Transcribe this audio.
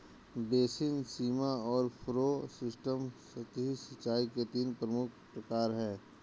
basin, सीमा और furrow system सतही सिंचाई के तीन प्रमुख प्रकार है